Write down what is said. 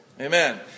Amen